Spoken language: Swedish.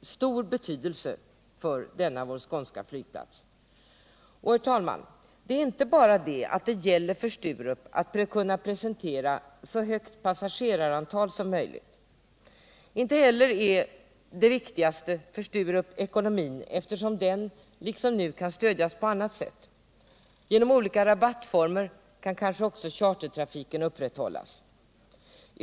stor betydelse för denna vår skånska flygplats. Herr talman! Frågan gäller inte bara att Sturup skall kunna presentera ett så högt passagerarantal som möjligt. Inte heller är ekonomin det viktigaste för Sturup, eftersom den liksom nu kan stödjas på annat sätt. Genom olika rabattformer kan kanske också chartertrafiken upprätthållas.